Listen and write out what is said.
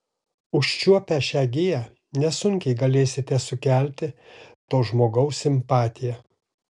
užčiuopę šią giją nesunkiai galėsite sukelti to žmogaus simpatiją